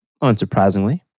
unsurprisingly